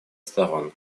сторон